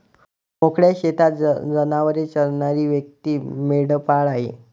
मोकळ्या शेतात जनावरे चरणारी व्यक्ती मेंढपाळ आहे